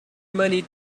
money